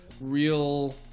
real